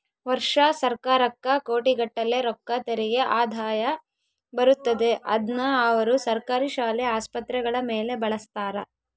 ವರ್ಷಾ ಸರ್ಕಾರಕ್ಕ ಕೋಟಿಗಟ್ಟಲೆ ರೊಕ್ಕ ತೆರಿಗೆ ಆದಾಯ ಬರುತ್ತತೆ, ಅದ್ನ ಅವರು ಸರ್ಕಾರಿ ಶಾಲೆ, ಆಸ್ಪತ್ರೆಗಳ ಮೇಲೆ ಬಳಸ್ತಾರ